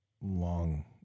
long